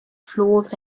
flaws